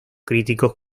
críticos